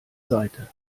seite